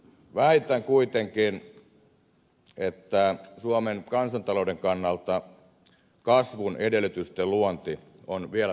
väitän kuitenkin että suomen kansantalouden kannalta kasvun edellytysten luonti on vielä tärkeämpää